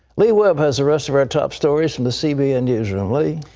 lee webb has the rest of our top stories from the cbn newsroom. lee.